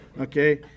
okay